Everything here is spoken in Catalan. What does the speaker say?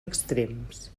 extrems